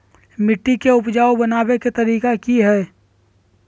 मिट्टी के उपजाऊ बनबे के तरिका की हेय?